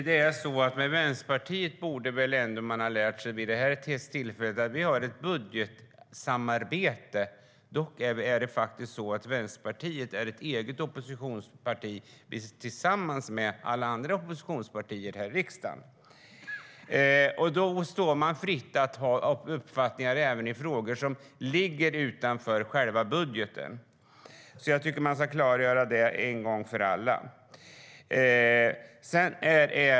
Herr talman! Man borde väl ändå ha lärt sig vid det här laget att vi har ett budgetsamarbete men att Vänsterpartiet faktiskt är ett eget oppositionsparti precis som alla andra oppositionspartier här i riksdagen. Därför står det oss fritt att ha uppfattningar även i frågor som ligger utanför själva budgeten. Jag tycker att det bör klargöras en gång för alla.